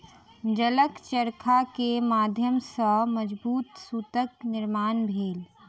जलक चरखा के माध्यम सॅ मजबूत सूतक निर्माण भेल